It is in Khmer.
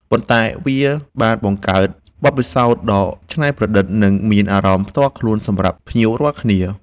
ប៉ុន្តែវាក៏បង្កើតបទពិសោធន៍ដ៏ច្នៃប្រឌិត និងមានអារម្មណ៍ផ្ទាល់ខ្លួនសម្រាប់ភ្ញៀវរាល់គ្នា។